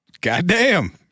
goddamn